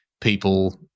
people